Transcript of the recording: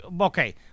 Okay